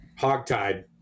Hogtied